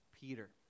Peter